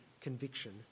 conviction